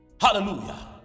Hallelujah